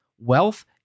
wealth